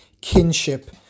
kinship